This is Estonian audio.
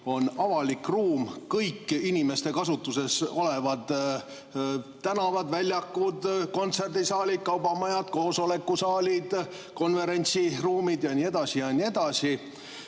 on avalik ruum inimeste kasutuses olevad tänavad, väljakud, kontserdisaalid, kaubamajad, koosolekusaalid, konverentsiruumid ja nii edasi. Varsti tuleb